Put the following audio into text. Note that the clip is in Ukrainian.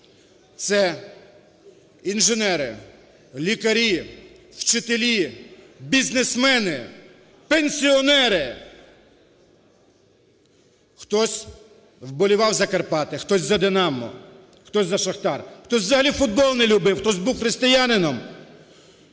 Це інженери, лікарі, вчителі, бізнесмени, пенсіонери. Хтось вболівав за "Карпати", хтось за "Динамо", хтось за "Шахтар", хтось взагалі футбол не любив, хтось був християнином,